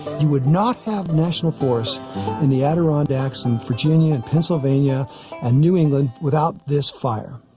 you would not have national forests in the adirondacks in virginia and pennsylvania and new england without this fire